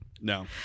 No